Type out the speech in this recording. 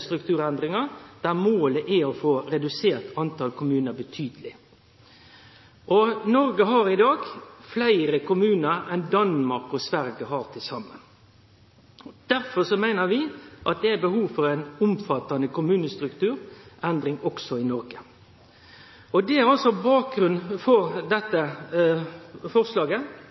strukturendringar i kommunane, der målet er å få redusert talet på kommunar betydeleg. Noreg har i dag fleire kommunar enn Danmark og Sverige har til saman. Derfor meiner vi at det er behov for ei omfattande kommunestrukturendring også i Noreg. Det er altså bakgrunnen for dette forslaget